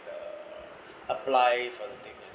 the apply for the things